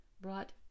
brought